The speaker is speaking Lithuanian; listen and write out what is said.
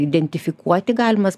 identifikuoti galimas